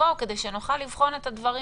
תבואו עם נתונים כדי שנוכל לבחון את הדברים